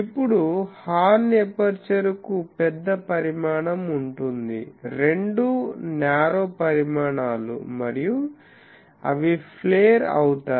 ఇప్పుడు horn aperture కు పెద్ద పరిమాణం ఉంటుంది రెండూ న్యారో పరిమాణాలు మరియు అవి ప్లేర్ అవుతాయి